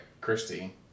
Christy